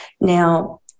Now